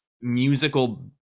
musical